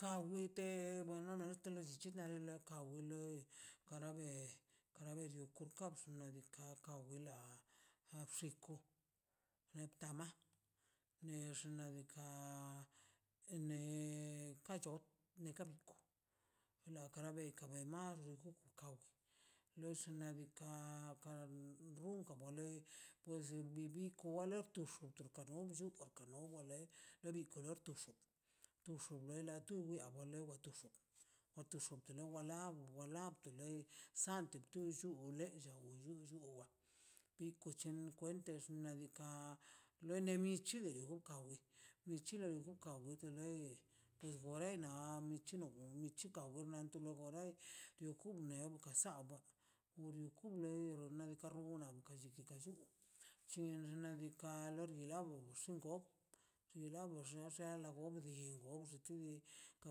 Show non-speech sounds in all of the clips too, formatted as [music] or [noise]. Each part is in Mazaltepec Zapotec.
Ka wite buena de lollichi na lo ka wile kara be kara be llo ko kapsu nadika ka gok eila napxiko neptama nex nadika ne ka cho nekabiko la kara beka be maxoku kawe llosh nadika kara runkan bale pues bibi kon wale tupxu para xunkan won wale lo di kolor tobxo tobxo lela tun wwia wale to bxu na to bxele wala wala na tub wa loi santo to bxuo wa lellia wuo wa lluo bi kochen kwen tez xna' diika' lo de michi beo ka wi bichela la bi kawi ka wito loi tis worena na wichino no michi ko wona onto warai diokunna saaba orion kunei o na karbunna [unintelligible] > o xna' diika' lor bi labo o xingo ti labo xaxe na gok di ox te xinble ka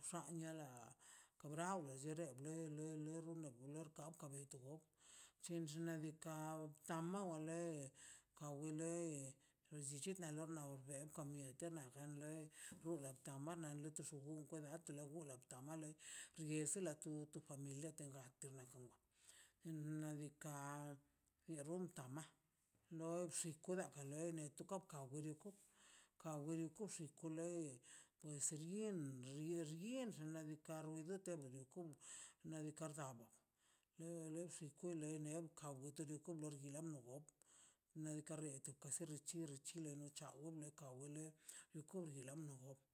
bxen ba lia kabrawo xe xe ble ble [unintelligible] chen xna' diika' tama wale ka wi lei lo xichi nale [unintelligible] dan tamalei ries la tu tu familia tengate nadika ka rian tamana no xikwida [unintelligible] ka biru xkwillun pues lin xin xinaka rutero kalo llun ladika rdamo len len xakwi le bene ka witenka gonle na wun na le [unintelligible] xichi richi chawilo [unintelligible]